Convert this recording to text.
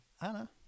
Anna